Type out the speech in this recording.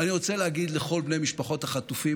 ואני רוצה להגיד לכל בני משפחות החטופים,